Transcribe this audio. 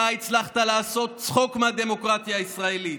אתה הצלחת לעשות צחוק מהדמוקרטיה הישראלית,